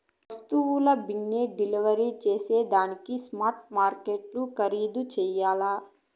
వస్తువుల బిన్నే డెలివరీ జేసేదానికి స్పాట్ మార్కెట్లు ఖరీధు చెయ్యల్ల